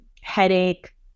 headache